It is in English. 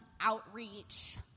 outreach